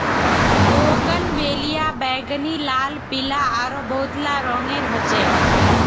bougainvillea बैंगनी, लाल, पीला आरो बहुतला रंगेर ह छे